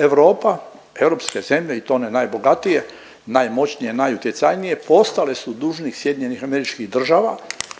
Europa, europske zemlje i to one najbogatije, najmoćnije, najutjecajnije postale su dužnik SAD-a dakle